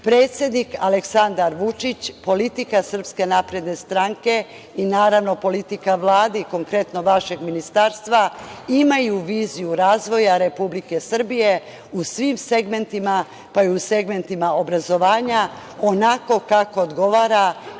Srbije. Predsednik Aleksandar Vučić, politika SNS, i naravno, politika Vlade i konkretno vašeg Ministarstva, imaju viziju razvoja Republike Srbije u svim segmentima, pa i u segmentima obrazovanja onako kako odgovara